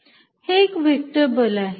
FF1F2 हे एक vector बल आहे